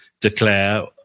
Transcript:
declare